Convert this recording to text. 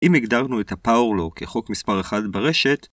‫אם הגדרנו את הpower-law כחוק מספר 1 ברשת,